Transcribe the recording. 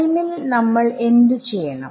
ടൈമിൽ നമ്മൾ എന്ത് ചെയ്യണം